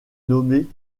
nommée